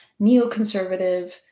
neoconservative